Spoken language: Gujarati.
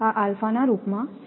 તેથીઆના રૂપમાં છે